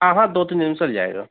हाँ हाँ दो तीन दिन में सिल जाएगा